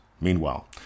Meanwhile